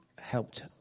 helped